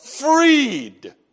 freed